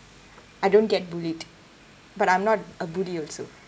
I don't get bullied but I'm not a bully also